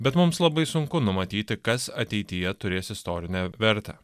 bet mums labai sunku numatyti kas ateityje turės istorinę vertę